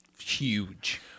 Huge